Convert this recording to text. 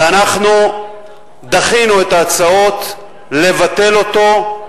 ואנחנו דחינו את ההצעות לבטל אותו.